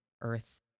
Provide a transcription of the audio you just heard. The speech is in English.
earth